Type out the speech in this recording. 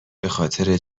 بخاطر